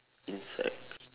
insect